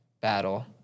battle